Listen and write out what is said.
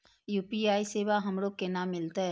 UPI सेवा हमरो केना मिलते?